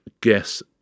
guess